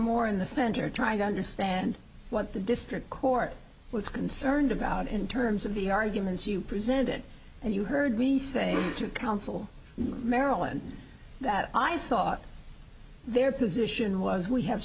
more in the center trying to understand what the district court was concerned about in terms of the arguments you presented and you heard me saying to counsel marilyn that i thought their position was we have